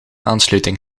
aansluiting